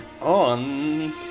on